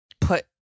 put